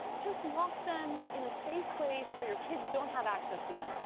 just lock them in a safe place where your kids don't have access to them.